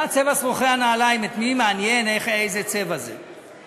מה צבע שרוכי הנעליים, את מי מעניין איזה צבע זה?